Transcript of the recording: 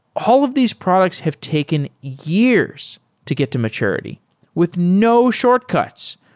all of these products have taken years to get to maturity with no shortcuts.